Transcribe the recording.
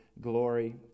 glory